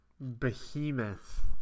Behemoth